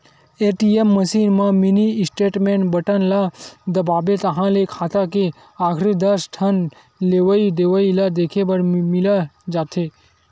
ATM machine म mini statement button ल दबाबे ताहाँले खाता के आखरी दस ठन लेवइ देवइ ल देखे बर मिल जाथे